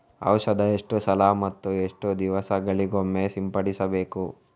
ಔಷಧ ಎಷ್ಟು ಸಲ ಮತ್ತು ಎಷ್ಟು ದಿವಸಗಳಿಗೊಮ್ಮೆ ಸಿಂಪಡಿಸಬೇಕು?